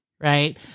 right